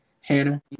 Hannah